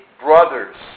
brothers